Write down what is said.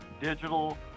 digital